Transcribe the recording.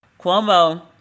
Cuomo